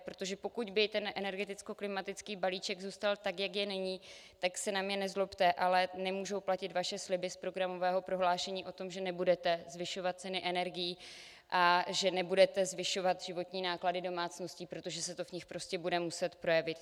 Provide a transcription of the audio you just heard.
Protože pokud by energetickoklimatický balíček zůstal tak, jak je nyní, tak se na mě nezlobte, ale nemohou platit vaše sliby z programového prohlášení o tom, že nebudete zvyšovat ceny energií a že nebudete zvyšovat životní náklady domácností, protože se to v nich prostě bude muset projevit.